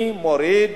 אני מוריד